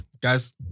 guys